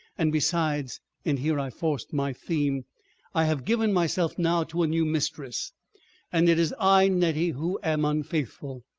and besides and here i forced my theme i have given myself now to a new mistress and it is i, nettie, who am unfaithful.